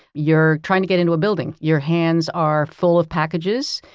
you're trying to get into a building, your hands are full of packages?